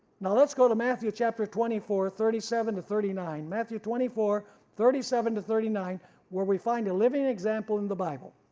now let's go to matthew chapter twenty four thirty seven to thirty nine, matthew twenty four thirty seven to thirty nine where we find a living example in the bible.